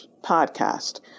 podcast